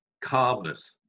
calmness